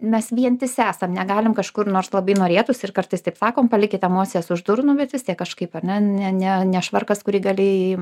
mes vientisi esam negalim kažkur nors labai norėtųsi ir kartais taip sakom palikite moses už durų bet vis tiek kažkaip ar ne ne ne ne švarkas kurį gali